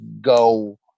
go